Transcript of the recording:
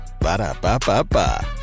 Ba-da-ba-ba-ba